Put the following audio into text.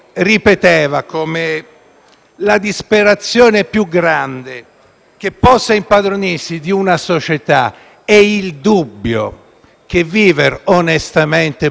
la disperazione più grande che possa impadronirsi di una società è il dubbio che vivere onestamente possa essere inutile